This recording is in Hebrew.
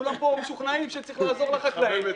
כולם פה משוכנעים שצריך לעזור לחקלאים.